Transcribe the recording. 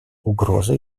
угрозой